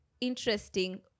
interesting